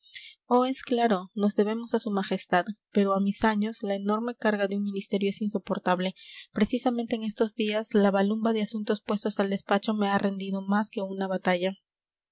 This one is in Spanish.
oh es claro nos debemos a su majestad pero a mis años la enorme carga de un ministerio es insoportable precisamente en estos días la balumba de asuntos puestos al despacho me ha rendido más que una batalla